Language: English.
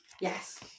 Yes